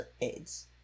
AIDS